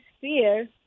fear